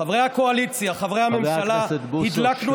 חבר הכנסת בוסו,